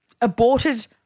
aborted